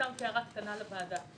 תשתיות.